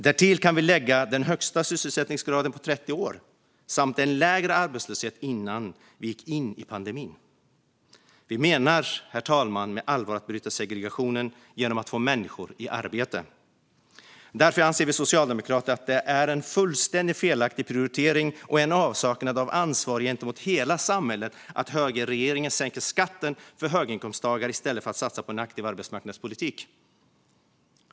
Därtill kan vi lägga den högsta sysselsättningsgraden på 30 år samt en lägre arbetslöshet än innan vi gick in i pandemin. Herr talman! Vi menar allvar med att bryta segregationen genom att få människor i arbete. Därför anser vi socialdemokrater att det är en fullständigt felaktig prioritering och en avsaknad av ansvar gentemot hela samhället att högerregeringen sänker skatten för höginkomsttagare i stället för att satsa på en aktiv arbetsmarknadspolitik.